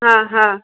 हा हा